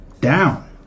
down